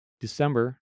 December